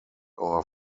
our